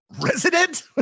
Resident